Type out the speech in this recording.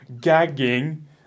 gagging